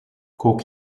kook